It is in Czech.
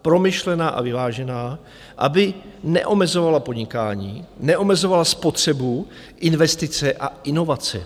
Promyšlená a vyvážená, aby neomezovala podnikání, neomezovala spotřebu, investice a inovace.